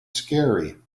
scary